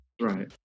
Right